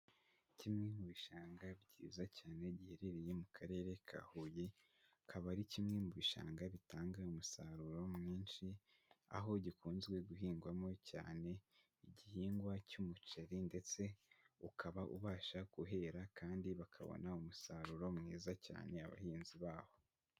Kimwe mu bishanga byiza cyane, giherereye mu Karere ka Huye, akaba ari kimwe mu bishanga bitanga umusaruro mwinshi, aho gikunze guhingwamo cyane igihingwa cy'umuceri ndetse ukaba ubasha kuhera kandi bakabona umusaruro mwiza cyane abahinzi baho.